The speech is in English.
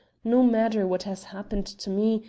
no matter what has happened to me,